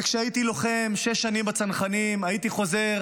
וכשהייתי לוחם בצנחנים שש שנים, הייתי חוזר